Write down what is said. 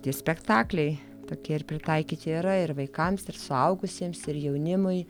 tie spektakliai tokie ir pritaikyti yra ir vaikams ir suaugusiems ir jaunimui